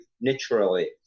naturally